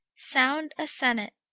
sound a sennet.